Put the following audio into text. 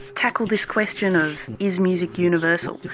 tackle this question of is music universal,